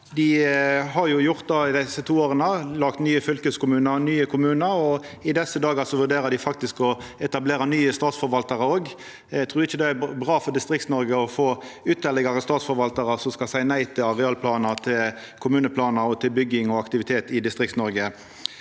Dei har jo gjort det i desse to åra, laga nye fylkeskommunar og nye kommunar, og i desse dagar vurderer dei faktisk å etablera nye statsforvaltarar òg. Eg trur ikkje det er bra for Distrikts-Noreg å få ytterlegare statsforvaltarar som skal seia nei til arealplanar, til kommuneplanar og til bygging og aktivitet i Distrikts-Noreg.